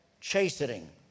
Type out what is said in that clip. chastening